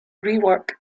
rework